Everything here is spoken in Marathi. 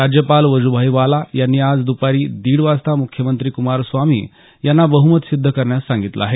राज्यपाल वज्भाई वाला यांनी आज द्पारी दीड वाजता मुख्यमंत्री कुमार स्वामी यांना बहुमत सिद्ध करण्यास सांगितलं आहे